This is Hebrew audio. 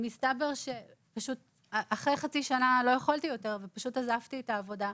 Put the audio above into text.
מסתבר שאחרי חצי שנה לא יכולתי יותר ופשוט עזבתי את העבודה.